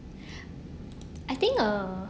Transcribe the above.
I think uh